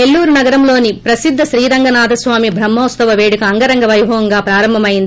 నెల్లూరు నగరంలోని ప్రసిద్ధ శ్రీ రంగనాథస్వామి ట్రహ్మోత్సవ పేడుక అంగరంగ పైభవంగా ప్రారంభమైంది